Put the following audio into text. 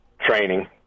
training